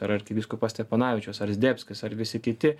arkivyskupas steponavičius ar zdebskis ar visi kiti